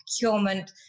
procurement